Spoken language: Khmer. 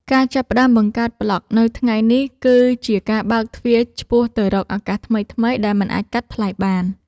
ការចាប់ផ្ដើមបង្កើតប្លក់នៅថ្ងៃនេះ គឺជាការបើកទ្វារឆ្ពោះទៅរកឱកាសថ្មីៗដែលមិនអាចកាត់ថ្លៃបាន។